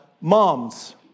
moms